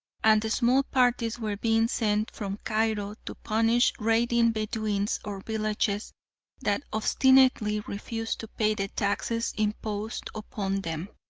and small parties were being sent from cairo to punish raiding bedouins or villages that obstinately refused to pay the taxes imposed upon them.